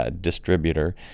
distributor